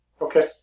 Okay